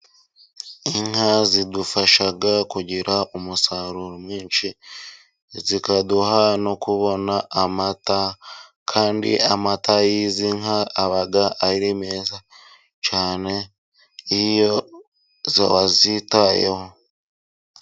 Inka zidufasha kugira umusaruro mwinshi, zikaduha no kubona amata, kandi amata y'izi nka aba ari meza cyane, iyo wazitayeho.